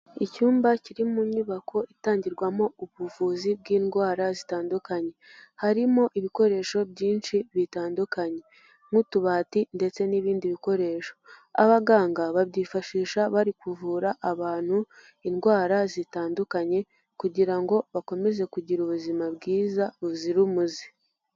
Icyumba kiri mu nyubako itangirwamo ubuvuzi bw'indwara zitandukanye, harimo ibikoresho byinshi bitandukanye nk'utubati ndetse n'ibindi bikoresho, abaganga babyifashisha bari kuvura abantu indwara zitandukanye, kugira ngo bakomeze kugira ubuzima bwiza buzira umuze.